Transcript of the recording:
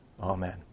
Amen